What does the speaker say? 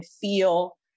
feel